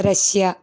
Russia